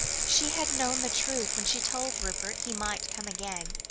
she had known the truth when she told rupert he might come again,